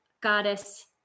goddess